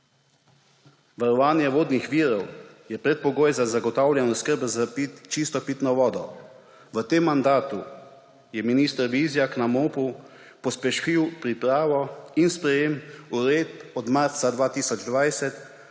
Varovanje vodnih virov je predpogoj za zagotavljanje oskrbe s čisto pitno vodo. V tem mandatu je minister Vizjak na MOP pospešil pripravo in sprejem uredb od marca 2020